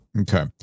okay